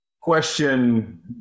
question